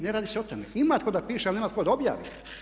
Ne radi se o tome, ima tko da piše, ali nema tko da objavi.